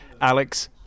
alex